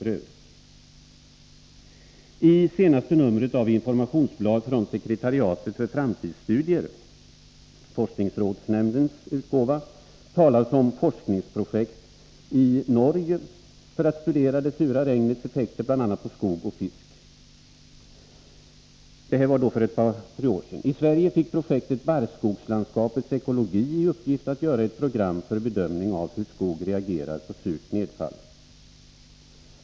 I det senaste numret av ett informationsblad från sekreteriatet för framtidsstudier, utgiven av forskningsrådsnämnden, talas om forskningsprojekt för ett par tre år sedan i Norge för att studera det sura regnets effekter bl.a. på skog och fisk. I Sverige fick man i projektet Barrskogslandets ekologi i uppgift att göra ett program för bedömning av hur skog reagerar på surt nedfall.